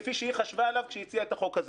כפי שהיא חשבה עליו כשהיא הציעה את החוק הזה.